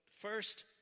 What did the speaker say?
first